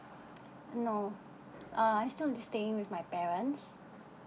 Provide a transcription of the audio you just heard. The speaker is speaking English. no uh I still staying with my parents